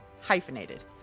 Hyphenated